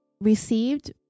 received